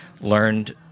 learned